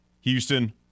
Houston